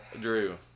Drew